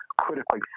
critically